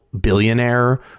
billionaire